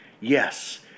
Yes